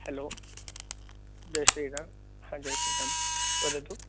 hello जय श्री राम हा जय श्री राम वदतु